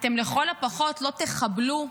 אתם לכל הפחות לא תחבלו,